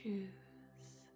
Choose